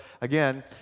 again